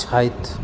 छथि